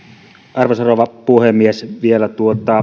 arvoisa rouva puhemies vielä